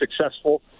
successful